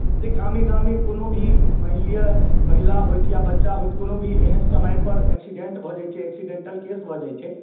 जे गामे गामे कोनो भी मानि लिअ महिला होथि या बच्चा होथि कोनो भी एहन समयपर एक्सीडेंट भऽ जाइत छै एक्सीडेंटल केस भऽ जाइत छै